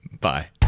Bye